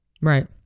Right